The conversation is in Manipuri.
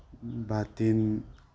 ꯕꯥꯜꯇꯤꯟ